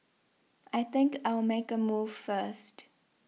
I think I'll make a move first